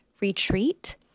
retreat